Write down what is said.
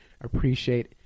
appreciate